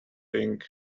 thing